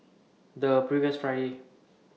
The previous Friday